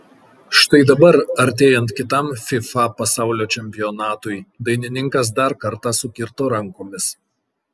štai dabar artėjant kitam fifa pasaulio čempionatui dainininkas dar kartą sukirto rankomis